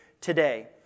today